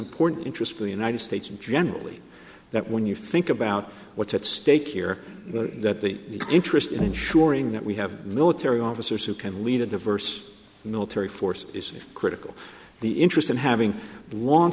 important interest for the united states and generally that when you think about what's at stake here that the interest in ensuring that we have military officers who can lead a diverse military force is critical the interest in having l